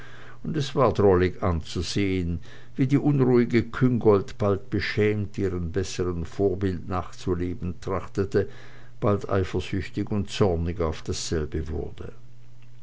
und es war drollig anzusehen wie die unruhige küngolt bald beschämt ihrem bessern vorbild nachzuleben trachtete bald eifersüchtig und zornig auf dasselbe wurde